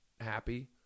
happy